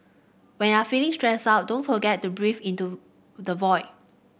when are feeling stressed out don't forget to breathe into the void